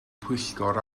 pwyllgor